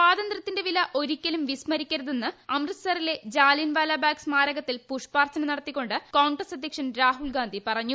സ്വാതന്ത്യത്തിന്റെ വില ഒരിക്കലും വിസ്മരിക്കരുതെന്ന് അമൃത്സറിലെ ജാലിയൻവാലാ ബാഗ് സ്മാരകത്തിൽ പുഷ്പാർച്ചന നടത്തിക്കൊണ്ട് കോൺഗ്രസ് അധ്യക്ഷൻ രാഹുൽഗാന്ധി പറഞ്ഞു